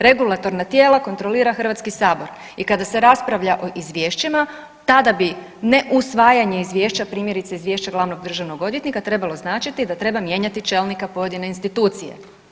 Regulatorna tijela kontrolira Hrvatski sabor i kada se raspravlja o izvješćima tada bi neusvajanje izvješća primjerice Izvješća glavnog državnog odvjetnika trebalo značiti da treba mijenjati čelnika pojedine institucije.